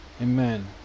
Amen